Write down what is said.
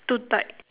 too tight